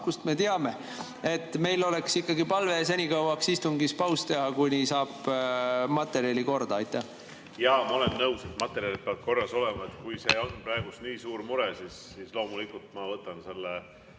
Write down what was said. kust me teame. Meil oleks ikkagi palve senikauaks istungis paus teha, kuni saab materjali korda. Jaa, ma olen nõus, et materjalid peavad korras olema. Kui see on praegu nii suur mure, siis loomulikult ma võtan selle